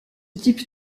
type